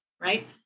right